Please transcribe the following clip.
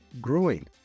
growing